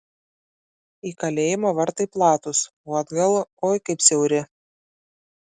į kalėjimą vartai platūs o atgal oi kaip siauri